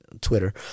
Twitter